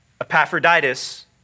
Epaphroditus